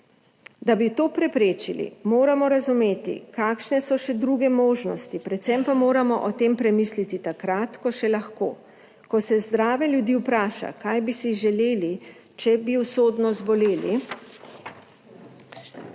Da bi to preprečili, moramo razumeti, kakšne so še druge možnosti, predvsem pa moramo o tem premisliti takrat, ko še lahko. Ko se zdrave ljudi vpraša, kaj bi si želeli, če bi usodno zboleli,